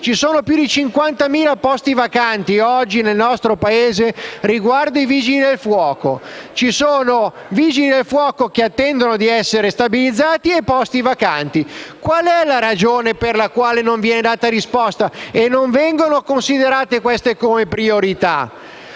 ci sono più di 50.000 posti vacanti, nel nostro Paese, riguardo ai Vigili del fuoco. Oggi ci sono Vigili del fuoco che attendono di essere stabilizzati e posti vacanti. Qual è la ragione per la quale non viene data risposta e non vengono considerate queste come priorità?